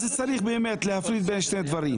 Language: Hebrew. אז צריך באמת להפריד בין שני דברים,